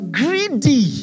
greedy